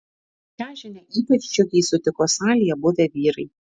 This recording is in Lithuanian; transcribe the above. šią žinią ypač džiugiai sutiko salėje buvę vyrai